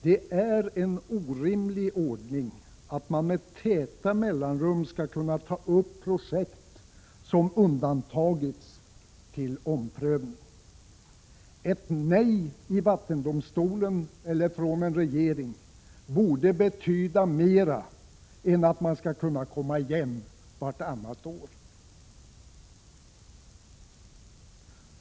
Det är en orimlig ordning att projekt som undantagits med täta mellanrum skall kunna tas upp till omprövning. Ett nej i vattendomstolen eller från en regering borde betyda mer än att man skall kunna komma igen vartannat år!